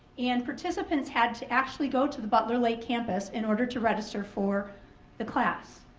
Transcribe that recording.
and participants had to actually go to the butler lake campus in order to register for the class.